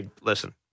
Listen